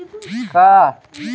जैव ऊर्वक क्या है?